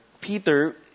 Peter